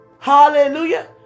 Hallelujah